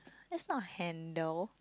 that's not handle